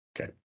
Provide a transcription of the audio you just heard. Okay